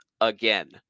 again